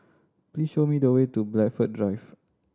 please show me the way to Blandford Drive